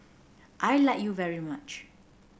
I like you very much